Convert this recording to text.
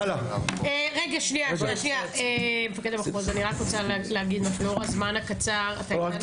היו"ר מירב בן ארי (יו"ר ועדת ביטחון הפנים): נראה את